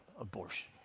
abortion